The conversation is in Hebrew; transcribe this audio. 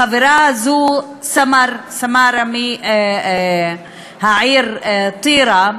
החברה הזאת, סמרה מהעיר טירה,